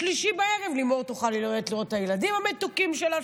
בשלישי בערב לימור תוכל ללכת לראות את הילדים המתוקים שלה,